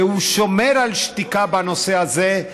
ששומר על שתיקה בנושא הזה,